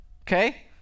okay